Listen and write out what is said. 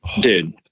dude